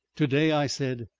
to-day, i said,